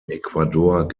ecuador